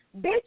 bitch